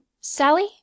sally